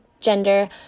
gender